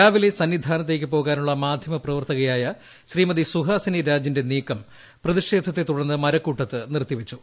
രാവിലെ സന്നിധാനത്തേയ്ക്ക് പ്പോകാനുള്ള മാധ്യമപ്രവർത്തക യായ ശ്രീമതി സുഹാസിനി രാജിന്റെ നീക്കം പ്രതിഷേധത്തെ തുടർന്ന് മരക്കൂട്ടത്ത് നിർത്തിവച്ചു